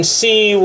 see